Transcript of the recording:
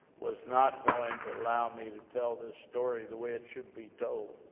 was not going to allow me to tell this story, the way it should be told,